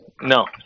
No